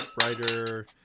writer